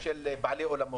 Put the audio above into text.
אדוני היושב-ראש,